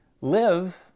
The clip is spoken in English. live